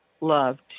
loved